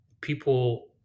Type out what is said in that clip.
people